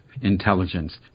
intelligence